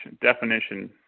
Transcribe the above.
definition